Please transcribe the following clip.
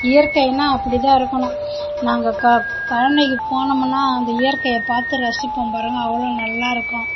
இயற்கையினால் அப்படி தான் இருக்கணும் நாங்கள் க கழனிக்கு போனமுன்னால் அந்த இயற்கையை பார்த்து ரசிப்போம் பாருங்க அவ்வளோ நல்லாயிருக்கும்